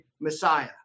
Messiah